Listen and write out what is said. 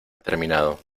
terminado